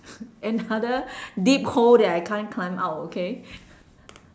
another deep hole that I can't climb out okay